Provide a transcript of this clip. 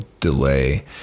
delay